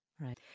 Right